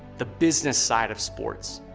the business side of sports,